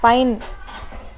pine